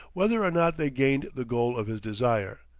whether or not they gained the goal of his desire.